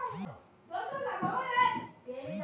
आर्थिक सेवा कोणाकडन पुरविली जाता?